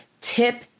tip